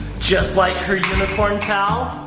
just like her unicorn towel!